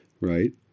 right